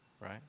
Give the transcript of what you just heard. right